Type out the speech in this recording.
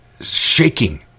shaking